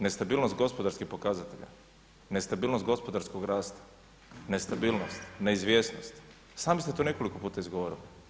Nestabilnost gospodarskih pokazatelja, nestabilnost gospodarskog rasta, nestabilnost, neizvjesnost i sami ste to nekoliko puta izgovorili.